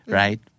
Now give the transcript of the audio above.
right